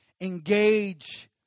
Engage